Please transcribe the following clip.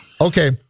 Okay